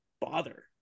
bother